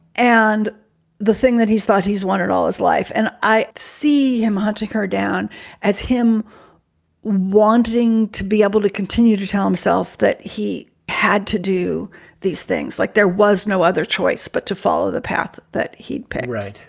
and the thing that he's thought he's wanted all his life and i see him hunting her down as him wanting to be able to continue to tell himself that he had to do these things like there was no other choice but to follow the path that he'd pay right.